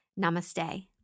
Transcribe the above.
Namaste